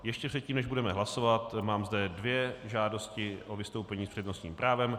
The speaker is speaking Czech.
Ještě předtím, než budeme hlasovat, mám zde dvě žádosti o vystoupení s přednostním právem.